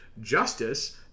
Justice